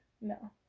No